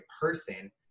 person